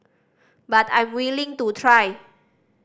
but I'm willing to try